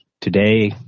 today